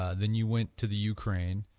ah then you went to the ukraine,